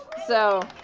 so.